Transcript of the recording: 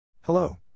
Hello